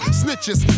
snitches